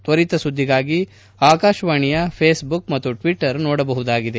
ಕ್ವರಿತ ಸುದ್ದಿಗಾಗಿ ಆಕಾಶವಾಣಿಯ ಫೇಸ್ಬುಕ್ ಮತ್ತು ಟ್ವಿಟ್ಟರ್ ನೋಡಬಹುದಾಗಿದೆ